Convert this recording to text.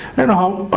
and how